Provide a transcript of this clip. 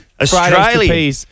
Australia